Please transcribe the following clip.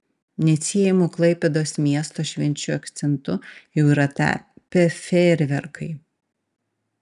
neatsiejamu klaipėdos miesto švenčių akcentu jau yra tapę fejerverkai